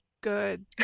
good